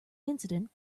incident